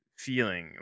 feeling